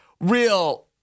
real